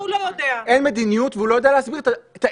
אין מדיניות והוא לא יודע להסביר את האין